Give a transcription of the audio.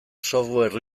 software